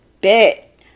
Bet